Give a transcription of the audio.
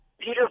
Peter